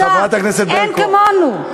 אין כמונו.